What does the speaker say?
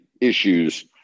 issues